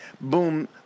Boom